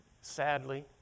Sadly